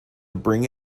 bring